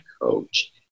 coach